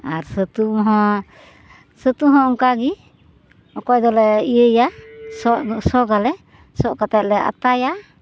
ᱟᱨ ᱥᱟᱹᱛᱩ ᱦᱚᱸ ᱥᱟᱹᱛᱩ ᱦᱚᱸ ᱚᱱᱠᱟᱜᱮ ᱚᱠᱚᱭ ᱫᱚᱞᱮ ᱤᱭᱟᱹᱭᱟ ᱥᱚᱜ ᱟᱞᱮ ᱥᱚᱜ ᱠᱟᱛᱮᱞᱮ ᱟᱛᱟᱭᱟ